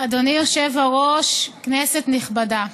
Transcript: אדוני היושב-ראש, כנסת נכבדה,